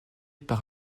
par